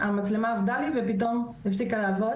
מתנצלת, המצלמה אבדה לי ופתאום הפסיקה לעבוד.